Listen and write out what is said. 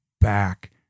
back